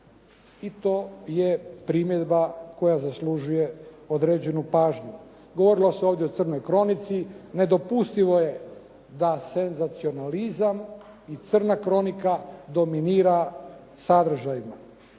I to je primjedba koja zaslužuje određenu pažnju. Govorilo se ovdje o crnoj kronici. Nedopustivo je da senzacionalizam i crna kronika dominira sadržajima.